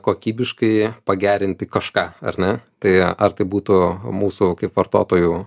kokybiškai pagerinti kažką ar ne tai ar tai būtų mūsų kaip vartotojų